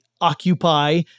occupy